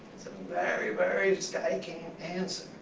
very, very striking answer.